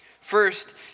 First